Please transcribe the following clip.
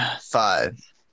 five